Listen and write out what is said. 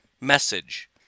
message